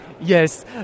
yes